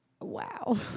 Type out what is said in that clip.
Wow